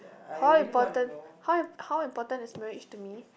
how important how im~ how important is marriage to me